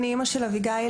אני אימא של אביגיל,